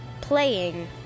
playing